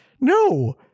no